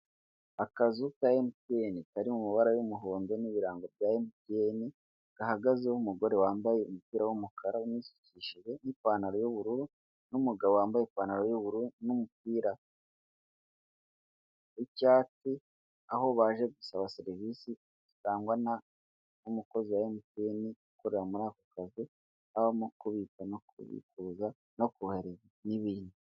Akazu ka MTN kari mu mabara y'umuhondo n'ibirango bya mtn gahagazeho umugore wambaye umupira w'umukara unisukishije n'ipantalo y'ubururu n'umugabo wambaye ipantalo y'ubururu n'umupira w'icyatsi aho baje gusaba serivise zitanga n'umukozi wa MTN ukorera muri ako kazu harimo kubikiza no kubitsa n'umukozi n'ibindi.